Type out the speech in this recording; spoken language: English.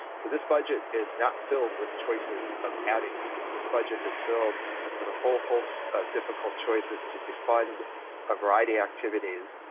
so this budget is not filled with choices of adding things, this budget is filled with a whole host of difficult choices to defund a variety of activities,